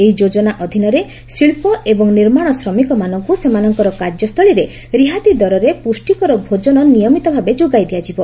ଏହି ଯୋଜନା ଅଧୀନରେ ଶିଳ୍ପ ଏବଂ ନିର୍ମାଣ ଶ୍ରମିକମାନଙ୍କୁ ସେମାନଙ୍କର କାର୍ଯ୍ୟସ୍ଥଳୀରେ ରିହାତି ଦରରେ ପୁଷ୍ଟିକର ଭୋଜନ ନିୟମିତଭାବେ ଯୋଗାଇ ଦିଆଯିବ